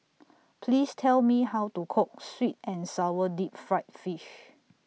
Please Tell Me How to Cook Sweet and Sour Deep Fried Fish